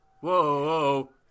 whoa